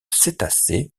cétacés